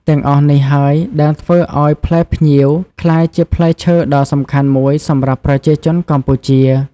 ទាំងអស់នេះហើយដែលធ្វើឱ្យផ្លែផ្ញៀវក្លាយជាផ្លែឈើដ៏សំខាន់មួយសម្រាប់ប្រជាជនកម្ពុជា។